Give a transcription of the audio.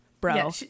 bro